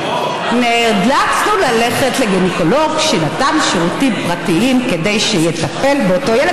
נאלצנו ללכת לגינקולוג שנתן שירותים פרטיים כדי שיטפל באותו ילד,